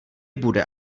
bude